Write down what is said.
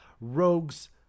Rogue's